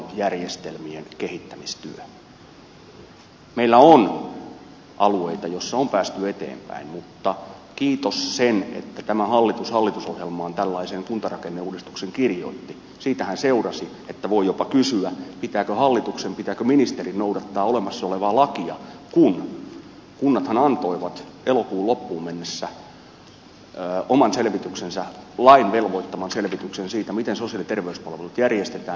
meillä on alueita joilla on päästy eteenpäin mutta kiitos sen että tämä hallitus hallitusohjelmaan tällaisen kuntarakenneuudistuksen kirjoitti siitähän seurasi että voi jopa kysyä pitääkö hallituksen pitääkö ministerin noudattaa olemassa olevaa lakia kun kunnathan antoivat elokuun loppuun mennessä oman selvityksensä lain velvoittaman selvityksen siitä miten sosiaali ja terveyspalvelut järjestetään